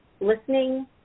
listening